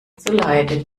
zuleide